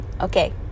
okay